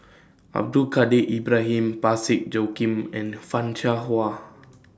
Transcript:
Abdul Kadir Ibrahim Parsick Joaquim and fan Shao Hua